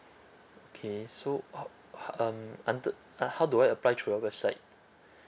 okay so um until uh how do I apply through your website